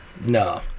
No